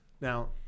now